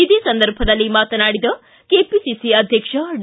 ಇದೇ ಸಂದರ್ಭದಲ್ಲಿ ಮಾತನಾಡಿದ ಕೆಬಸಿಸಿ ಅಧ್ಯಕ್ಷ ಡಿ